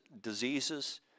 diseases